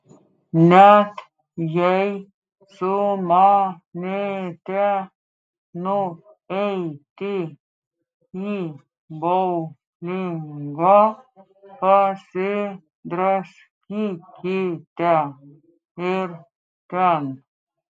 net jei sumanėte nueiti į boulingą pasidraskykite ir ten